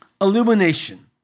Illumination